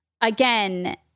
again